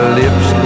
lips